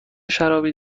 شرابی